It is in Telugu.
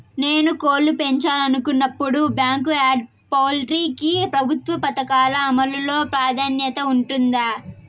నేను కోళ్ళు పెంచాలనుకున్నపుడు, బ్యాంకు యార్డ్ పౌల్ట్రీ కి ప్రభుత్వ పథకాల అమలు లో ప్రాధాన్యత ఉంటుందా?